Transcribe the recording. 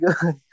good